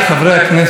חבריי,